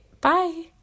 Bye